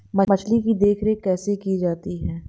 मछली की देखरेख कैसे की जाती है?